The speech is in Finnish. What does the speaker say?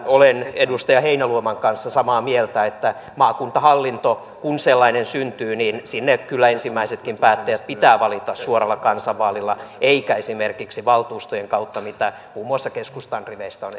olen edustaja heinäluoman kanssa samaa mieltä että maakuntahallintoon kun sellainen syntyy kyllä ensimmäisetkin päättäjät pitää valita suoralla kansanvaalilla eikä esimerkiksi valtuustojen kautta mitä muun muassa keskustan riveistä on